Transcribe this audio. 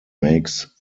makes